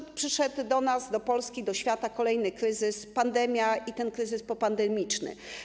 I przyszedł do nas, do Polski, do świata kolejny kryzys - pandemia i kryzys popandemiczny.